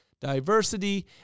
diversity